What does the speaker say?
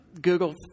Google